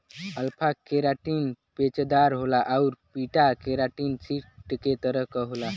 alpha keratin पेचदार होला आउर बीटा केराटिन सीट के तरह क होला